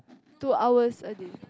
two hours a day